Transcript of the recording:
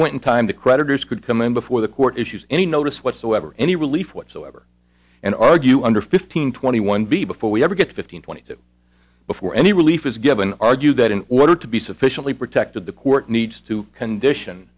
point in time the creditors could come in before the court issues any notice whatsoever any relief whatsoever and argue under fifteen twenty one b before we ever get fifteen twenty two before any relief is given argued that in order to be sufficiently protected the court needs to condition